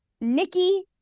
Nikki